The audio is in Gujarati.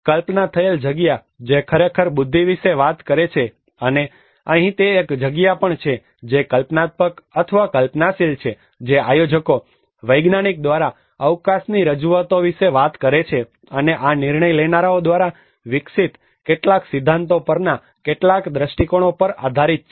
કલ્પના થયેલ જગ્યા જે ખરેખર બુદ્ધિ વિશે વાત કરે છે અને અહીં તે એક જગ્યા પણ છે જે કલ્પનાત્મક અથવા કલ્પનાશીલ છે જે આયોજકો વૈજ્ઞાનિક દ્વારા અવકાશની રજૂઆતો વિશે વાત કરે છે અને આ નિર્ણય લેનારાઓ દ્વારા વિકસિત કેટલાક સિદ્ધાંતો પરના કેટલાક દ્રષ્ટિકોણો પર આધારિત છે